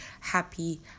happy